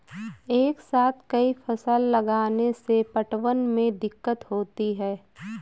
एक साथ कई फसल लगाने से पटवन में दिक्कत होती है